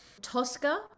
Tosca